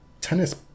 tennis